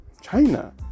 China